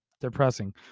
depressing